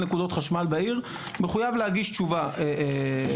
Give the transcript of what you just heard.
נקודות חשמל בעיר מחויב להגיש תשובה אליהם,